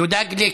יהודה גליק,